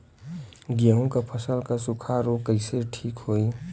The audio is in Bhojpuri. गेहूँक फसल क सूखा ऱोग कईसे ठीक होई?